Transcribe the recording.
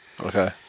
Okay